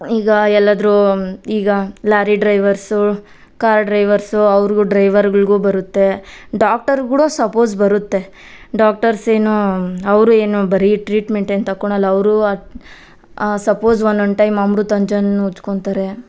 ಈಗ ಎಲ್ಲಾದರೂ ಈಗ ಲಾರಿ ಡ್ರೈವರ್ಸು ಕಾರ್ ಡ್ರೈವರ್ಸು ಅವ್ರಿಗೂ ಡ್ರೈವರ್ಗಳಿಗೂ ಬರುತ್ತೆ ಡಾಕ್ಟರ್ ಕೂಡ ಸಪೋಸ್ ಬರುತ್ತೆ ಡಾಕ್ಟರ್ಸ್ ಏನು ಅವರು ಏನು ಬರೀ ಟ್ರೀಟ್ಮೆಂಟ್ ಏನು ತಕೊಳೊಲ್ಲ ಅವರು ಆ suppose one one time Amrutanjan ಉಜ್ಕೊತಾರೆ